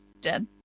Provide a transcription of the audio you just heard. dead